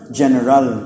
general